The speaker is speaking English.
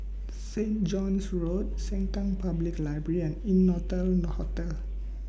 Saint John's Road Sengkang Public Library and Innotel Hotel